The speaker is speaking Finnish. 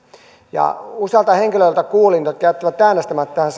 niin kuulin usealta henkilöltä jotka jättivät äänestämättä he